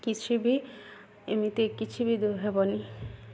କିଛି ବି ଏମିତି କିଛି ବି ହେବନି